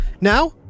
Now